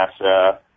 NASA